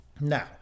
Now